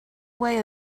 way